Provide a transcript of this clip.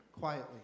quietly